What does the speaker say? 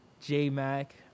J-Mac